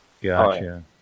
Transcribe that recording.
Gotcha